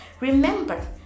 Remember